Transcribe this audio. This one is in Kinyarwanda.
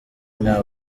nta